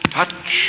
Touch